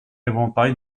éventail